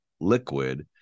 liquid